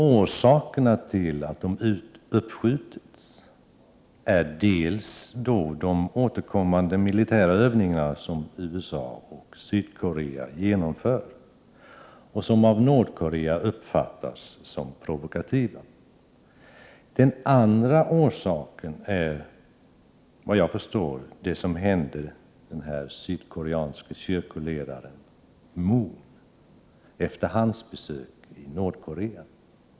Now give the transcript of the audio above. Orsakerna till att de har uppskjutits är dels de återkommande militära övningar som USA och Sydkorea genomför och som av Nordkorea uppfattas som provokativa, dels — såvitt jag förstår — det som hände den sydkoreanske kyrkoledaren Moon efter dennes besök i Nordkorea.